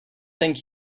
thank